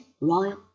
royal